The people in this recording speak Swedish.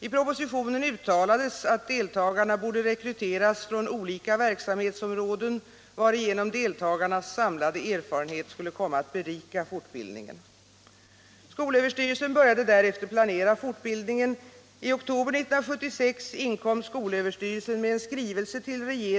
I propositionen uttalades att deltagarna borde rekryteras från olika verksamhetsområden, varigenom deltagarnas samlade erfarenhet skulle komma att berika fortbildningen.